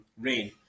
rain